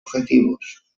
objetivos